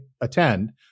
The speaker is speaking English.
attend